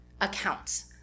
accounts